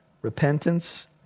Repentance